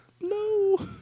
No